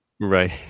right